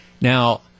Now